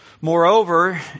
Moreover